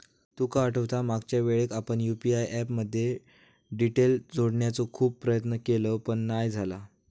तुका आठवता मागच्यावेळेक आपण यु.पी.आय ऍप मध्ये डिटेल जोडण्याचो खूप प्रयत्न केवल पण नाय झाला